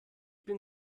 bin